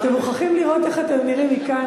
אתם מוכרחים לראות איך אתם נראים מכאן.